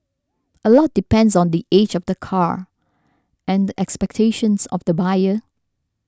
a lot depends on the age of the car and the expectations of the buyer